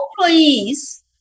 employees